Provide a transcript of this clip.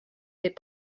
des